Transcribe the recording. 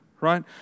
Right